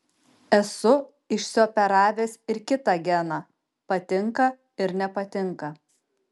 esu išsioperavęs ir kitą geną patinka ir nepatinka